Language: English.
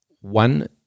one